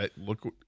Look